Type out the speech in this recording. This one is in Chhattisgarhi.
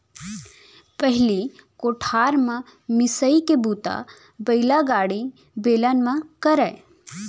पहिली कोठार म मिंसाई के बूता बइलागाड़ी, बेलन म करयँ